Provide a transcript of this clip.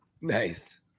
Nice